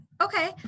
okay